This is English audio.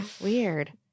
weird